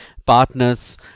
partners